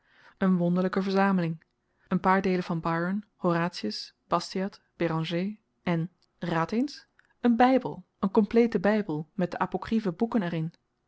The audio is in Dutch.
een wonderlyke verzameling een paar deelen van byron horatius bastiat béranger en raad eens een bybel een kompleete bybel met de apokriefe boeken er